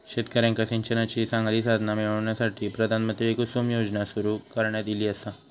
शेतकऱ्यांका सिंचनाची चांगली साधना मिळण्यासाठी, प्रधानमंत्री कुसुम योजना सुरू करण्यात ईली आसा